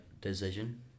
decision